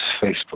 Facebook